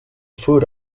food